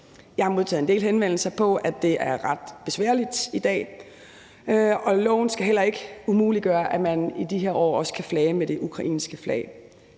Jeg har modtaget en del henvendelser om, at det er ret besværligt i dag. Loven skal heller ikke umuliggøre, at man i de her år også kan flage med det ukrainske flag.